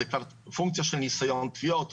זה כבר פונקציה של ניסיון תביעות,